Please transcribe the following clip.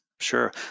sure